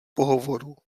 pohovoru